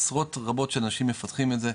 עשרות רבות של אנשים מפתחים את זה,